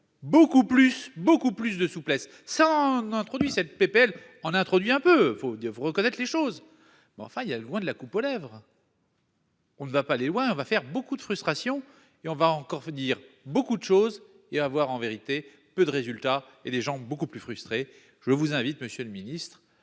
beaucoup plus, beaucoup plus de souplesse sans introduit cette PPL on introduit un peu doivent reconnaître les choses mais enfin il y a loin de la coupe aux lèvres. On ne va pas aller loin, on va faire beaucoup de frustration et on va encore venir beaucoup de choses et à avoir en vérité, peu de résultats. Et les gens beaucoup plus frustré. Je vous invite monsieur le ministre